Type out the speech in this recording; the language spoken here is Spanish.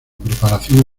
preparación